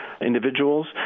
individuals